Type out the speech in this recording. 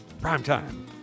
primetime